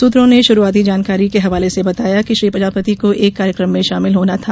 सुत्रों ने शुरुआती जानकारी के हवाले से बताया कि श्री प्रजापति को एक कार्यक्रम में शामिल होना था